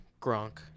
Gronk